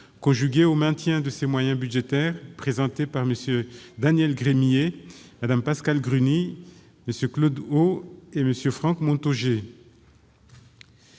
conjuguée au maintien de ses moyens budgétaires, présentée par M. Daniel Gremillet, Mme Pascale Gruny, MM. Claude Haut et Franck Montaugé